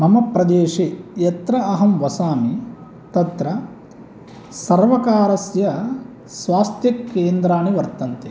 मम प्रदेशे यत्र अहं वसामि तत्र सर्वकारस्य स्वास्थ्यकेन्द्राणि वर्तन्ते